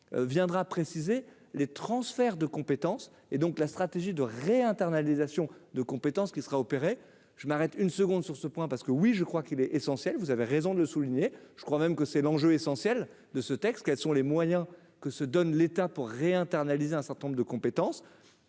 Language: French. qui enfin viendra préciser les transferts de compétences et donc la stratégie de réinternalisation de compétences qui sera opéré je m'arrête une seconde sur ce point parce que oui, je crois qu'il est essentiel, vous avez raison de le souligner, je crois même que c'est l'enjeu essentiel de ce texte, quels sont les moyens que se donne l'État pour réinternalisation certain nombre de compétences,